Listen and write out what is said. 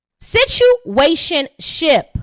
Situationship